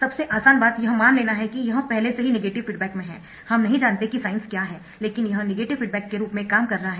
सबसे आसान बात यह मान लेना है कि यह पहले से ही नेगेटिव फीडबैक में है हम नहीं जानते कि साइन्स क्या है लेकिन यह नेगेटिव फीडबैक के रूप में काम कर रहा है